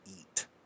eat